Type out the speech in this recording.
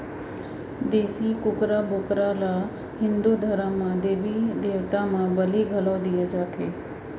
देसी कुकरा, बोकरा ल हिंदू धरम म देबी देवता म बली घलौ दिये जाथे